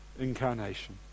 incarnation